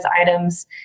items